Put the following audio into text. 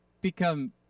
become